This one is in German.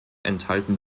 enthalten